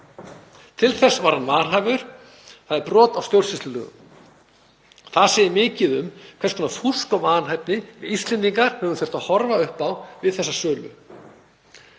Til þess var hann vanhæfur. Það er brot á stjórnsýslulögum. Það segir mikið um hvers konar fúsk og vanhæfni við Íslendingar höfum þurft að horfa upp á við þessa sölu.